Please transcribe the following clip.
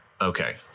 Okay